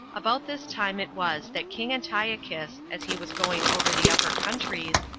about this time it was that king antiochus, as he was going over the upper countries,